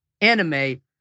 anime